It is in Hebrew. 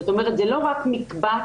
זה לא רק מקבץ,